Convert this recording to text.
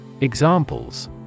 Examples